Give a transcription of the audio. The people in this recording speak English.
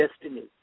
destiny